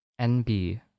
NB